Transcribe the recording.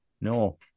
No